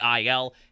IL